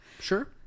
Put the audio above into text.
Sure